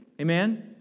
Amen